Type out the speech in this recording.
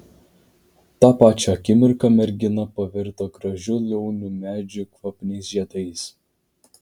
tą pačią akimirka mergina pavirto gražiu liaunu medžiu kvapniais žiedais